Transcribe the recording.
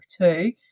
two